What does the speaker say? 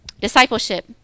discipleship